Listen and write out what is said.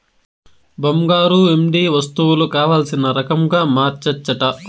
బంగారు, వెండి వస్తువులు కావల్సిన రకంగా మార్చచ్చట